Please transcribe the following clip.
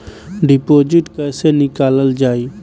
Deposit कैसे निकालल जाइ?